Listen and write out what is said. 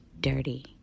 dirty